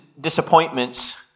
disappointments